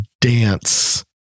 dance